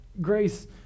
Grace